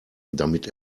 damit